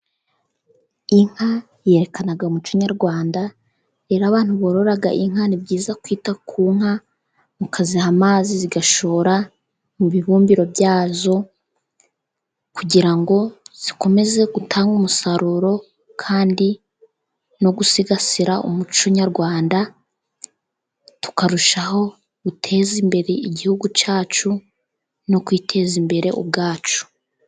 Inka yerekana umuuco nyarwanda, rero abantu borora. Kwita ku nka mukaziha amazi zigashora mu bibumbiro byazo kugira ngo zikomeze zitange umusaruro kandi no gusigasira umuco nyarwanda tukarushaho guteza imbere igihugu cyacu no kwiteza imbere ubwacu.